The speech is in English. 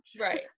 Right